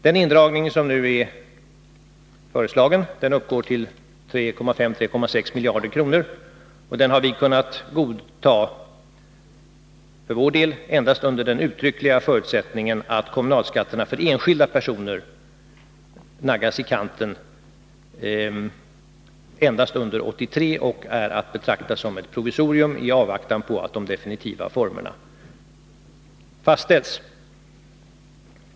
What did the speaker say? Den indragning som nu är föreslagen uppgår till 3,5-3,6 miljarder kronor. Den har vi för vår del kunnat godta bara under den uttryckliga förutsättningen att kommunalskatterna för enskilda personer naggas i kanten endast under 1983 och är att betrakta som ett provisorium i avvaktan på att de definitiva formerna fastställs.